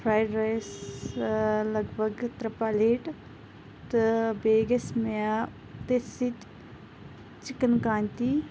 fried rice لگ بگ ترٛےٚ پَلیٹ تہٕ بیٚیہِ گژھِ مےٚ تٔتھۍ سۭتۍ چِکَن کانتی